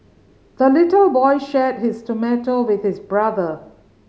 the little boy shared his tomato with his brother